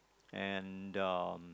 and um